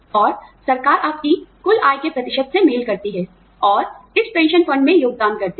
और सरकार आपकी कुल आय के प्रतिशत से मेल करती है और इस पेंशन फंड में योगदान करती है